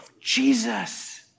Jesus